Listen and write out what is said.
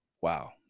wow